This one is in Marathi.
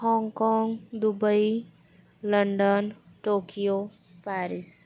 हाँगकाँग दुबई लंडन टोकियो पॅरिस